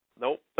Nope